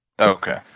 Okay